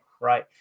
right